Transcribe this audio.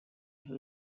who